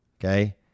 okay